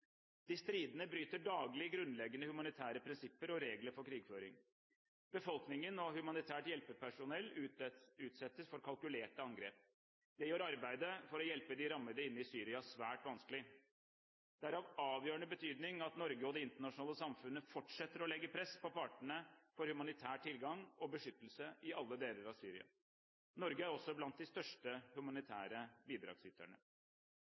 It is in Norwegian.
De stridende bryter daglig grunnleggende humanitære prinsipper og regler for krigføring. Befolkningen og humanitært hjelpepersonell utsettes for kalkulerte angrep. Det gjør arbeidet for å hjelpe de rammede inne i Syria svært vanskelig. Det er av avgjørende betydning at Norge og det internasjonale samfunnet fortsetter å legge press på partene for humanitær tilgang og beskyttelse i alle deler av Syria. Norge er også blant de største humanitære bidragsyterne.